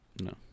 No